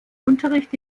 unterricht